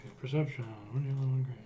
perception